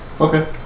Okay